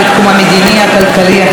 החברתי והאזרחי.